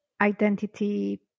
identity